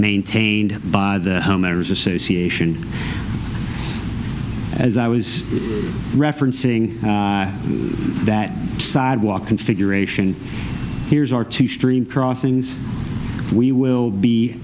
maintained by the homeowners association as i was referencing that sidewalk configuration here's our two stream crossings we will be